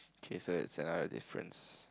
K so that's another difference